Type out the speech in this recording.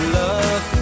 love